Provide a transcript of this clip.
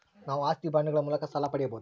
ನಾವು ಆಸ್ತಿ ಬಾಂಡುಗಳ ಮೂಲಕ ಸಾಲ ಪಡೆಯಬಹುದಾ?